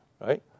Right